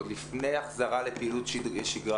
עוד לפני החזרה לשגרה.